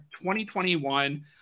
2021